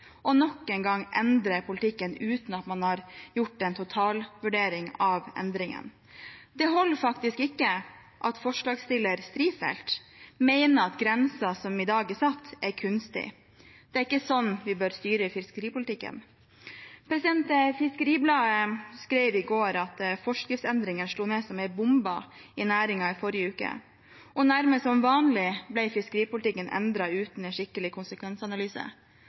nok en gang endrer politikken uten at man har gjort en totalvurdering av endringen. Det holder faktisk ikke at forslagsstiller Strifeldt mener at grensen som er satt i dag, er kunstig. Det er ikke slik vi bør styre fiskeripolitikken. Fiskeribladet skrev i går at forskriftsendringene slo ned som en bombe i næringen i forrige uke. Nærmest som vanlig ble fiskeripolitikken endret uten en skikkelig konsekvensanalyse.